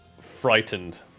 frightened